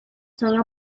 son